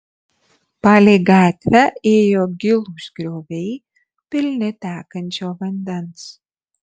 palei gatvę ėjo gilūs grioviai pilni tekančio vandens